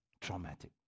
traumatic